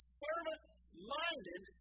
servant-minded